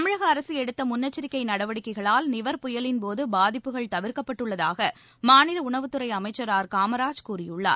தமிழக அரசு எடுத்து முன்னெச்சரிக்கை நடவடிக்கைகளால் நிவர் புயலின் போது பாதிப்புகள் தவிர்க்கப்பட்டுள்ளதாக மாநில உணவுத்துறை அமைச்சர் ஆர் காமராஜ் கூறியுள்ளார்